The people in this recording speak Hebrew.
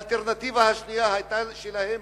האלטרנטיבה השנייה שלהם